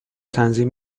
تنظیم